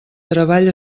treball